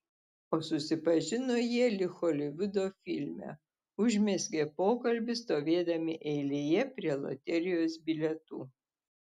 o susipažino jie lyg holivudo filme užmezgė pokalbį stovėdami eilėje prie loterijos bilietų